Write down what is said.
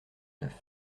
neuf